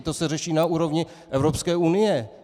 To se řeší na úrovni Evropské unie!